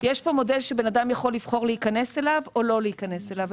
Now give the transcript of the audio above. יש פה מודל שבן אדם יכול לבחור להיכנס אליו או לא להיכנס אליו.